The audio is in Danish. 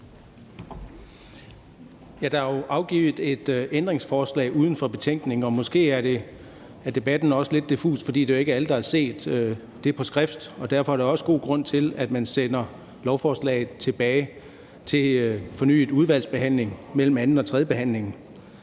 Der er jo stillet et ændringsforslag uden for betænkningen, og måske er debatten også lidt diffus, fordi det jo ikke er alle, der har set det på skrift. Og derfor er der også god grund til, at man sender lovforslaget tilbage til fornyet udvalgsbehandling mellem anden- og tredjebehandlingen.